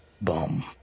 Bomb